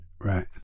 right